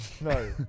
No